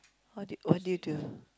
what d~ what did you do